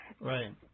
Right